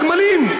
הגמלים,